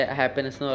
happiness